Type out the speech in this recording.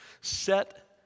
set